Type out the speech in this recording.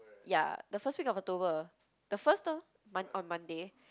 ya the first week of October the first on Monday